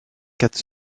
quatre